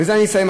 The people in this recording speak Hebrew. ובזה אני אסיים,